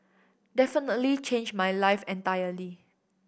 definitely changed my life entirely